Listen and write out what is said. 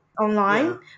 online